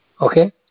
Okay